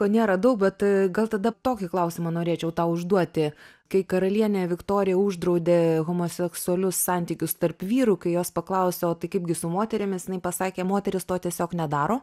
nėra daug bet gal tada tokį klausimą norėčiau tau užduoti kai karalienė viktorija uždraudė homoseksualius santykius tarp vyrų kai jos paklausė o tai kaipgi su moterimis jinai pasakė moteris to tiesiog nedaro